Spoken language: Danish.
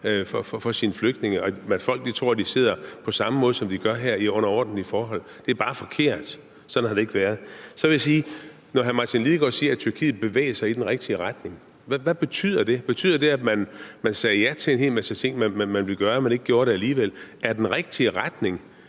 for sine flygtninge, så folk tror, de sidder på samme måde, som de gør her, under ordentlige forhold, at det er forkert. Sådan har det ikke været. Så vil jeg spørge hr. Martin Lidegaard om, hvad det betyder, når hr. Martin Lidegaard siger, at Tyrkiet bevæger sig i den rigtige retning. Betyder det, at man sagde ja til en hel masse ting, man ville gøre, men alligevel ikke gjorde det? Er den rigtige retning